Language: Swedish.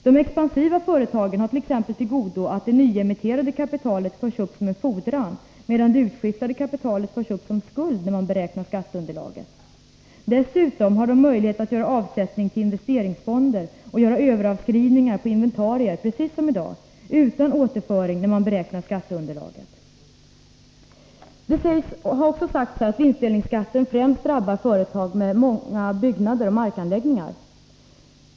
De expansiva företagen har t.ex. till godo att det nyemitterade kapitalet förs upp som en fordran, medan det utskiftade kapitalet förs upp som skuld när man beräknar skatteunderlaget. Dessutom har de möjlighet att göra avsättning till investeringsfonder och göra överavskrivningar på inventarier precis som i dag utan återföring när man beräknar skatteunderlaget. Det har också sagts att vinstdelningsskatten främst drabbar företag med många byggnader och markanläggningar.